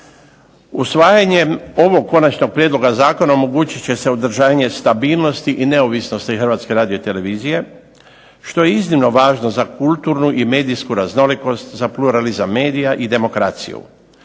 Usvajanjem ovog konačnog prijedloga zakona omogućit će se održanje stabilnosti i neovisnosti Hrvatske radiotelevizije, što je iznimno važno za kulturnu i medijsku raznolikost za pluralizam medija i demokraciju,